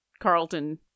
Carlton